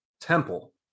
temple